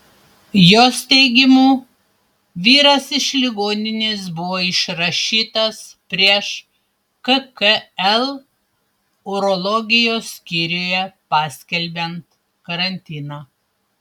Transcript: jos teigimu vyras iš ligoninės buvo išrašytas prieš kkl urologijos skyriuje paskelbiant karantiną